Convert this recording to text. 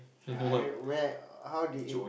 ya I meant where how did it